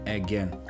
again